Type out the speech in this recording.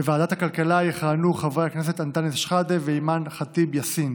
בוועדת הכלכלה יכהנו חברי הכנסת אנטאנס שחאדה ואימאן ח'טיב יאסין,